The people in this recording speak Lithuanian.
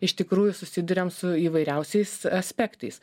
iš tikrųjų susiduriam su įvairiausiais aspektais